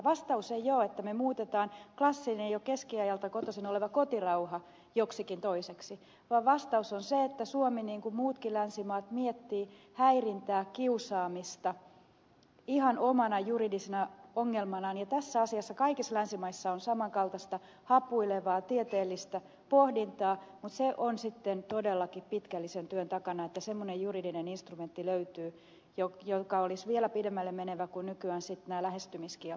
vastaus ei ole että me muutamme klassisen jo keskiajalta kotoisin olevan kotirauhan joksikin toiseksi vaan vastaus on se että suomi niin kuin muutkin länsimaat miettii häirintää kiusaamista ihan omana juridisena ongelmanaan ja tässä asiassa kaikissa länsimaissa on samankaltaista hapuilevaa tieteellistä pohdintaa mutta se on sitten todellakin pitkällisen työn takana että semmoinen juridinen instrumentti löytyy joka olisi vielä pidemmälle menevä kuin nykyään sitten nämä lähestymiskieltoasiat